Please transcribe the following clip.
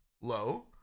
low